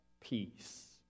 Peace